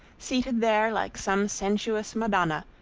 seated there like some sensuous madonna,